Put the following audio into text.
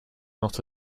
not